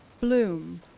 bloom